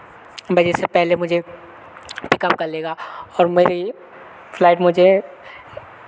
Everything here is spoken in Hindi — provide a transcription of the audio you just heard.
बजे से पहले मुझे पिकअप कर लेगा और मेरी फ्लाइट मुझे